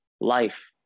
life